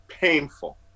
painful